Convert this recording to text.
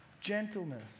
gentleness